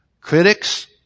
Critics